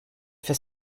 for